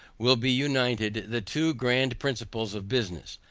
will be united, the two grand principles of business,